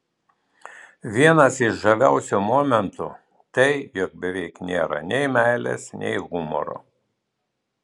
vienas iš žaviausių momentų tai jog beveik nėra nei meilės nei humoro